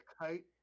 kite